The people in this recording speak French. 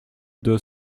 deux